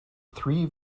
three